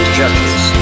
judges